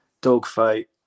dogfight